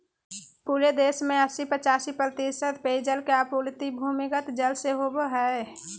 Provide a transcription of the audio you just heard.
पूरे देश में अस्सी पचासी प्रतिशत पेयजल के आपूर्ति भूमिगत जल से होबय हइ